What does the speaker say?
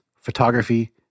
photography –